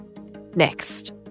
next